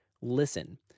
listen